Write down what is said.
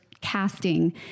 casting